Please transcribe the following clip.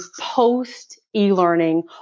post-e-learning